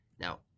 Now